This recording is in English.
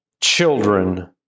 children